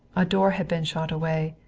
a door had been shot away,